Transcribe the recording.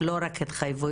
לא רק התחייבויות?